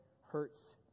hurts